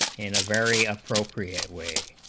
in a very appropriate way